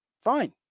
Fine